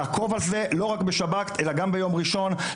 לעקוב אחרי זה לא רק בשבת, אלא גם ביום ראשון.